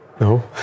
No